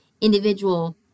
individual